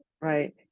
Right